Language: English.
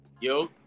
Yo